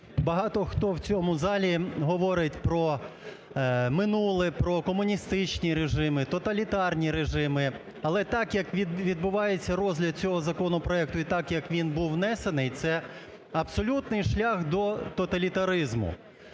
Багато хто в цьому залі говорить про минуле, про комуністичні режими, тоталітарні режими. Але так, як відбувається розгляд цього законопроекту і так, як він був внесений, це абсолютний шлях до тоталітаризму.